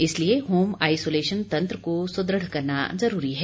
इसलिए home isolation तंत्र को सुदृढ़ करना जरूरी है